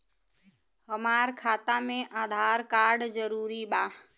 हमार खाता में आधार कार्ड जरूरी बा?